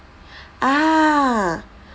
ah